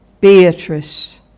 Beatrice